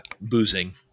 boozing